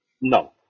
No